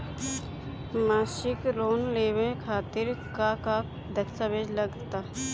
मसीक लोन लेवे खातिर का का दास्तावेज लग ता?